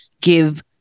give